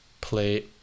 play